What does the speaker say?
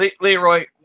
Leroy